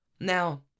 Now